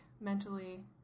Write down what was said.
mentally